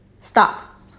Stop